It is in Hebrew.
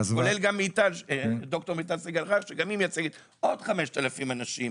גם ד"ר מיטל סגל-רייך מייצגת עוד 5,000 אנשים,